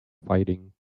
fighting